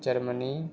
Germany